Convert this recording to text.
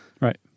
right